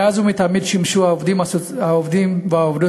מאז ומתמיד שימשו העובדים והעובדות